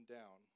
down